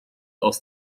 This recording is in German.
aus